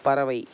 பறவை